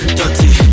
dirty